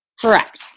Correct